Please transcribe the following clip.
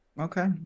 okay